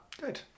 Good